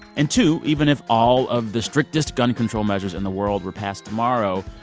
and two, even if all of the strictest gun control measures in the world were passed tomorrow,